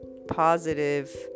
positive